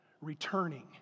returning